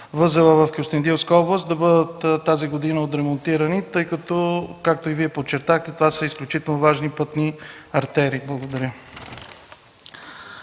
възела в Кюстендилска област да бъдат отремонтирани тази година, тъй като, както и Вие подчертахте, това са изключително важни пътни артерии. Благодаря.